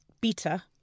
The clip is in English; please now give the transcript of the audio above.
beta